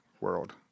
world